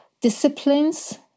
disciplines